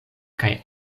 kaj